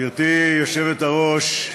גברתי היושבת-ראש,